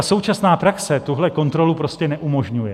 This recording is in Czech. Současná praxe tuhle kontrolu prostě neumožňuje.